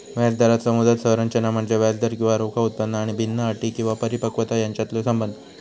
व्याजदराचो मुदत संरचना म्हणजे व्याजदर किंवा रोखा उत्पन्न आणि भिन्न अटी किंवा परिपक्वता यांच्यातलो संबंध